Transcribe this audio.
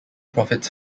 profits